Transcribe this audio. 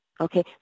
okay